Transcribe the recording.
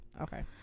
okay